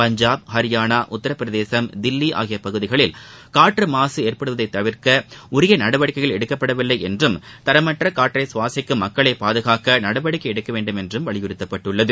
பஞ்சாப் ஹரியானா உத்தரபிரதேசம் தில்லி ஆகிய பகுதிகளில் காற்று மாசு ஏற்படுவதைத் தவிர்க்க உரிய நடவடிக்கைகள் எடுக்கப்படவில்லை என்றும் தரமற்ற காற்றை கவாசிக்கும் மக்களை பாதுகாக்க நடவடிக்கை எடுக்க வேண்டும் என்றும் வலியுறுத்தப்பட்டுள்ளது